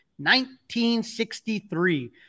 1963